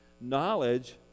Knowledge